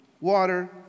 water